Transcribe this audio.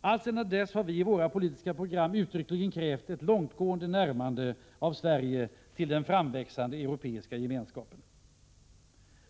Alltsedan dess har vi i våra politiska program uttryckligen krävt ett långtgående närmande av Sverige till den framväxande europeiska gemenskapen.